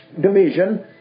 division